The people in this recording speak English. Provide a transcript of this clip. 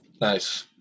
Nice